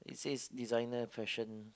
it says designer fashion